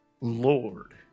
Lord